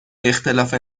اختلاف